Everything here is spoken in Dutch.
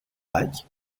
nike